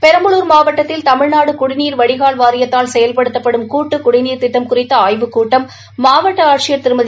பெரம்பலூர் மாவட்டத்தில் தமிழ்நாடு குடிநீர் வடிகால் வாரியத்தால் செயல்படுத்தப்படும் கூட்டுக் குடிநீர் திட்டம் குறித்த ஆய்வுக் கூட்டம் மாவட்ட ஆட்சியர் திருமதி